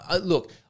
Look